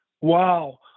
Wow